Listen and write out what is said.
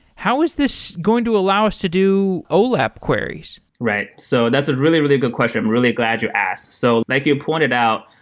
how is this going to allow us to do olap queries? right. so that's a really, really good question. i'm really glad you asked. so like you pointed out,